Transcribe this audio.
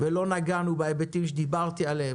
בלי לגעת בהיבטים שאמרתי,